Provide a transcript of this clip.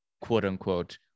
quote-unquote